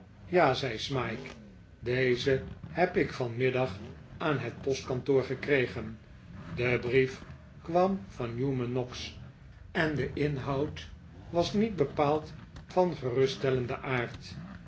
ja zei smike dezen heb ik vanmiddag aan het postkantoor gekregen de brief kwam van newman noggs en de inhoud was niet bepaald van geruststellenden aard